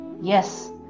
Yes